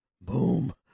boom